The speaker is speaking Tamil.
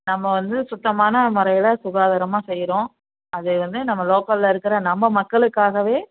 நம்ம வந்து சுத்தமான முறையில் சுகாதாரமாக செய்யறோம் அது வந்து நம்ம லோக்கலில் இருக்கிற நம்ம மக்களுக்காகவே